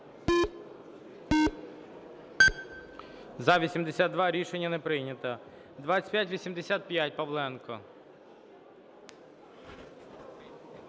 За-82 Рішення не прийнято. 2585, Павленко.